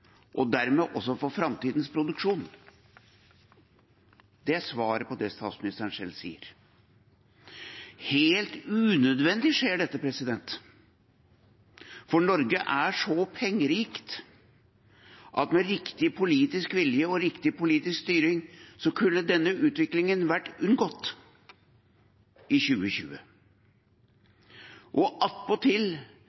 og dermed også for framtidens produksjon. Det er svaret på det statsministeren selv sier. Helt unødvendig skjer dette, for Norge er så pengerikt at med riktig politisk vilje og riktig politisk styring kunne denne utviklingen vært unngått i 2020.